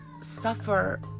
suffer